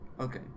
Okay